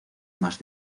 más